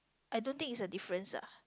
I don't think is a difference ah